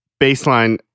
baseline